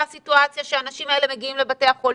סיטואציה שהאנשים האלה מגיעים לבתי החולים,